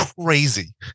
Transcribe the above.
crazy